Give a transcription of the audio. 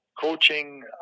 coaching